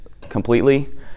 completely